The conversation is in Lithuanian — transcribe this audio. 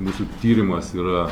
mūsų tyrimas yra